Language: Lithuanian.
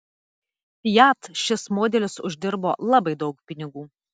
fiat šis modelis uždirbo labai daug pinigų